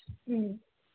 ꯎꯝ